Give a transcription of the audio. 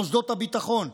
מוסדות הביטחון,